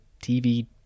TV